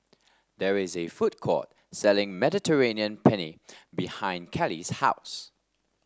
there is a food court selling Mediterranean Penne behind Callie's house